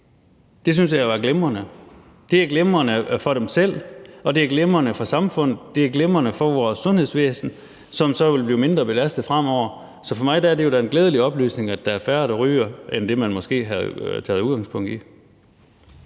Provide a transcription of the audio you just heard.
Det synes jeg er glimrende. Det er glimrende for dem selv, det er glimrende for samfundet, og det er glimrende for vores sundhedsvæsen, som så vil blive mindre belastet fremover. Så for mig er det da en glædelig oplysning, at der er færre, der ryger, end hvad man måske havde taget udgangspunkt i.